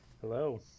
hello